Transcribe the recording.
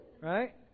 Right